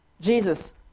Jesus